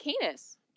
canis